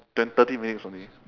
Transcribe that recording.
twen~ thirty minutes only